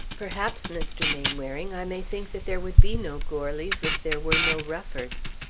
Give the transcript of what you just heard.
perhaps, mr. mainwaring, i may think that there would be no goarlys if there were no ruffords.